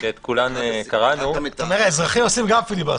גם אזרחים עושים פיליבסטר.